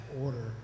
order